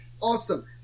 Awesome